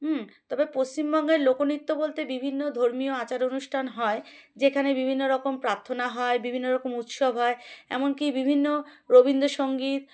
হুম তবে পশ্চিমবঙ্গের লোকনৃত্য বলতে বিভিন্ন ধর্মীয় আচার অনুষ্ঠান হয় যেখানে বিভিন্ন রকম প্রার্থনা হয় বিভিন্ন রকম উৎসব হয় এমনকি বিভিন্ন রবীন্দ্রসঙ্গীত